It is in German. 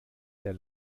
der